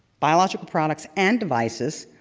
biological products and devices,